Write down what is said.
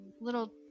little